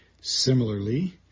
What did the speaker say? Similarly